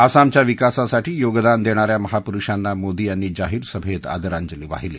आसामच्या विकासासाठी योगदान देणा या महापुरुषांना मोदी यांनी जाहीर सभेत आदरांजली वाहिली